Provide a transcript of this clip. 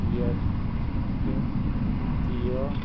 तियर ते तियो